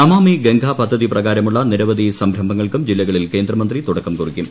നമാമി ഗംഗാ പദ്ധതി പ്രകാരമുളള നിരവധി സംരംഭങ്ങൾക്കും ജില്ലകളിൽ കേന്ദ്രമന്ത്രി തുടക്കം കുറിക്കും